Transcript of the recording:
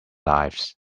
lives